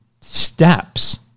steps